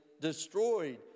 destroyed